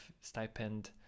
Stipend